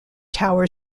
tower